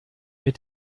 mit